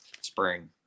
spring